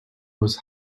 was